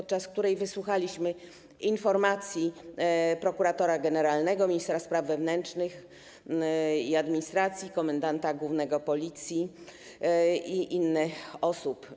W czasie posiedzenia wysłuchaliśmy informacji prokuratora generalnego, ministra spraw wewnętrznych i administracji, komendanta głównego Policji i innych osób.